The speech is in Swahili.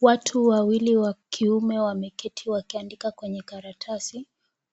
Watu wawili wa kiume wameketi wakiandika kwenye karatasi